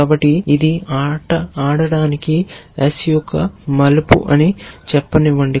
కాబట్టి ఇది ఆడటానికి S యొక్క మలుపు అని చెప్పనివ్వండి